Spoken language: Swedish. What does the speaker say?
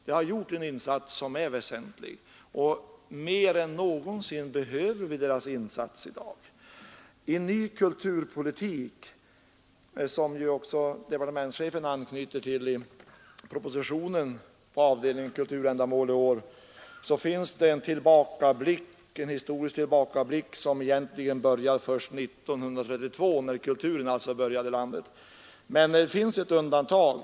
De har gjort en väsentlig insats, och mer än någonsin behöver vi deras insatser i dag. I Ny kulturpolitik, som departementschefen anknyter till i propositionen i avdelningen Kulturändamål i år, finns en historisk tillbakablick som egentligen börjar först 1932 — när kulturen alltså började i landet. Men det finns ett undantag.